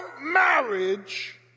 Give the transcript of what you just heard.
marriage